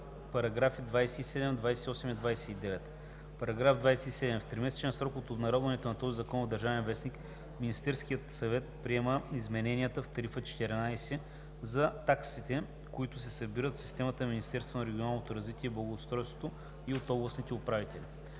параграфи 27, 28 и 29: „§ 27. В тримесечен срок от обнародването на този закон в „Държавен вестник“ Министерският съвет приема измененията в Тарифа № 14 за таксите, които се събират в системата на Министерството на регионалното развитите и благоустройството и от областните управители.